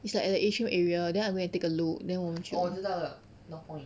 it's like at the atrium area then I go and take a look then 我们去